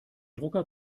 drucker